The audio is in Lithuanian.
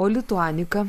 o lituanika